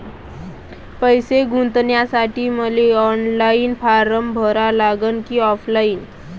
पैसे गुंतन्यासाठी मले ऑनलाईन फारम भरा लागन की ऑफलाईन?